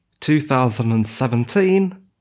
2017